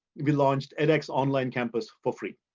we launched edx online campus for free.